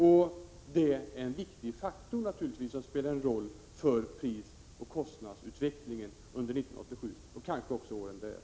Det är naturligtvis en viktig faktor som spelar roll för prisoch kostnadsutvecklingen under 1987, kanske också för åren därefter.